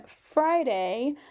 Friday